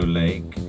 lake